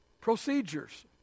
procedures